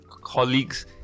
colleagues